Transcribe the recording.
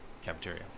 cafeteria